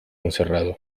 encerrado